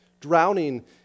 drowning